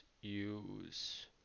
use